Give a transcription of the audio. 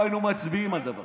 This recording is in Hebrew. לא היינו מצביעים על דבר כזה.